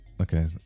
Okay